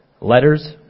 letters